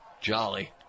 Jolly